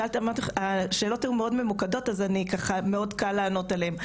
ובגלל שהשאלות היו כל כך ממוקדות אז מאוד קל לענות עליהן.